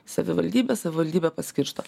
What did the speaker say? savivaldybė savivaldybė paskirsto